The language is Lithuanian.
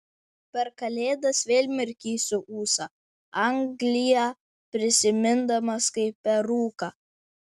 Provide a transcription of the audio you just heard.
per kalėdas vėl mirkysiu ūsą angliją prisimindamas kaip per rūką